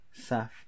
Saf